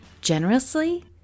generously